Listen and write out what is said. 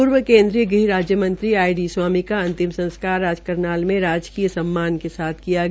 पूर्व केन्द्रीय ग्रहराज्य मंत्री आई डी स्वामी को अंतिम संस्कार आंज करनाल में राजकीय सम्मान के साथ किया गया